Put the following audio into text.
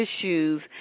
Issues